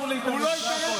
אני רוצה שיהיה בית משפט חזק.